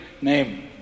name